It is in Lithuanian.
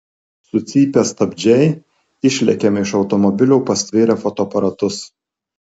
sucypia stabdžiai išlekiame iš automobilio pastvėrę fotoaparatus